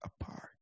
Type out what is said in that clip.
apart